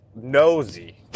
nosy